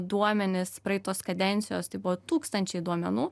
duomenis praeitos kadencijos tai buvo tūkstančiai duomenų